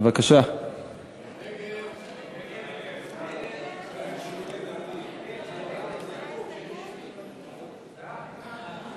אריה דרעי, אריאל אטיאס, יצחק כהן,